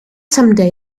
someday